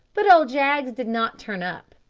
but old jaggs did not turn up.